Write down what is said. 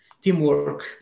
teamwork